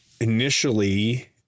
initially